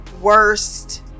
worst